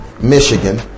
michigan